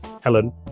Helen